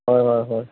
হয় হয় হয়